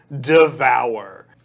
devour